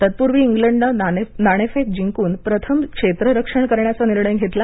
तत्पुर्वी इंग्लंडने नाणेफेक जिंकून प्रथम क्षेत्ररक्षण करण्याचा निर्णय घेतला